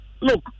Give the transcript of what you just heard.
Look